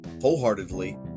wholeheartedly